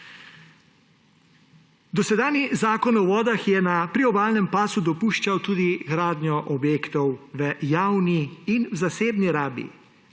Dosedanji Zakon o vodah je na priobalnem pasu dopuščal tudi gradnjo objektov v javni in zasebni rabi,